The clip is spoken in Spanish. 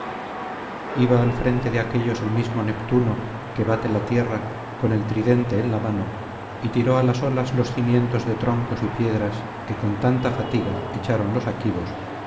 iba al frente de aquéllos el mismo neptuno que bate la tierra con el tridente en la mano y tiró á las olas los cimientos de troncos y piedras que con tanta fatiga echaron los aquivos